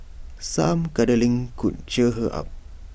some cuddling could cheer her up